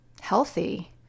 healthy